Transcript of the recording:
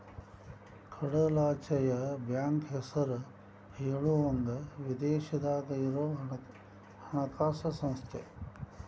ಕಡಲಾಚೆಯ ಬ್ಯಾಂಕ್ ಹೆಸರ ಹೇಳುವಂಗ ವಿದೇಶದಾಗ ಇರೊ ಹಣಕಾಸ ಸಂಸ್ಥೆ